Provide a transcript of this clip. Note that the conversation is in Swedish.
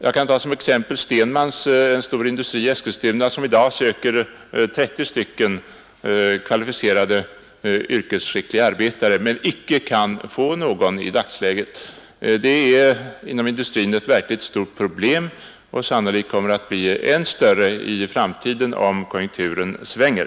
Jag kan som exempel ta Stenmans Låsfabrik AB i Eskilstuna — som är en stor industri — där man i dag söker 30 kvalificerade, yrkesskickliga arbetare men inte kan få någon. Detta är ett verkligt stort problem inom industrin, och det kommer sannolikt att bli ännu större i framtiden, om konjunkturen svänger.